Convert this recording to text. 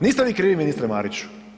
Niste vi krivi, ministre Mariću.